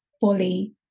fully